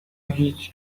هیچ